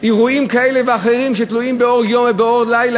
אירועים כאלה ואחרים שתלויים באור יום ובאור לילה.